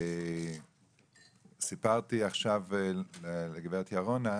סיפרתי עכשיו לגברת ירונה,